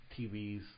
TVs